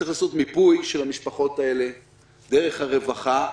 צריך לעשות מיפוי של המשפחות האלה דרך הרווחה,